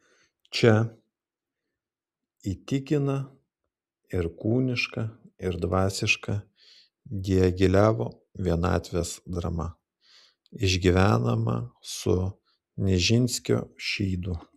čia įtikina ir kūniška ir dvasiška diagilevo vienatvės drama išgyvenama su nižinskio šydu